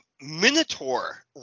Minotaur